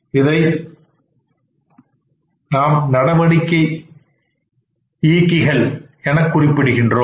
இதை நாம்நடிக்கை இயக்கிகள் எனக்குறிப்பிடுகின்றோம்